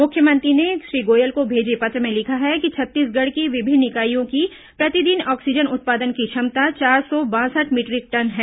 मुख्यमंत्री ने श्री गोयल को भेजे पत्र में लिखा है कि छत्तीसगढ़ की विभिन्न इकाइयों की प्रतिदिन ऑक्सीजन उत्पादन की क्षमता चार सौ बासठ मीटरिक टन है